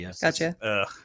Gotcha